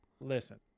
Listen